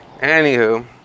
Anywho